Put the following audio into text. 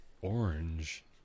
orange